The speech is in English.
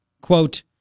quote